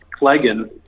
Cleggan